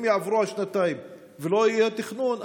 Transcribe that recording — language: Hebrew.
אם יעברו השנתיים ולא יהיה תכנון,